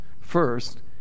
first